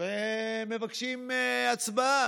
ומבקשים הצבעה.